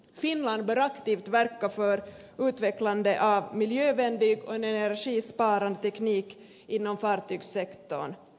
finland bör aktivt verka för utvecklandet av miljövänlig och energisparande teknik inom fartygssektorn